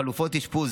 חלופות אשפוז,